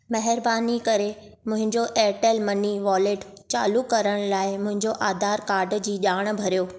महिरबानी करे मुंहिंजो एयरटेल मनी वॉलेट चालू करण लाइ मुंहिंजो आधार कार्ड जी ॼाण भरियो